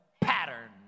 pattern